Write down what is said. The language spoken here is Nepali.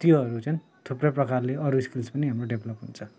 त्योहरू चाहिँ थुप्रै प्रकारले अरू स्किल्स पनि हाम्रो डेभलप हुन्छ